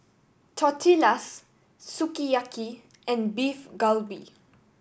Tortillas Sukiyaki and Beef Galbi